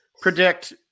predict